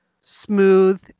Smooth